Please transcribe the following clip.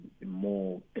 more